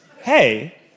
hey